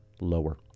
lower